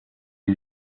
est